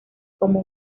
como